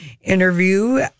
interview